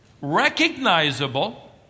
recognizable